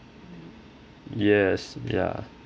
yes ya